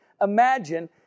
imagine